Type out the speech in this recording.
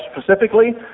specifically